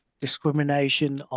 discrimination